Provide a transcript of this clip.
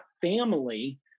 family